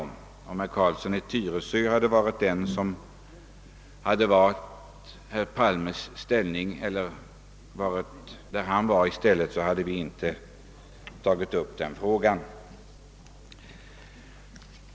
Om det varit herr Carlsson i Tyresö som hade uppträtt i statsrådet Palmes ställe på den plats där han var, hade vi inte tagit upp frågan.